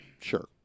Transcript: sure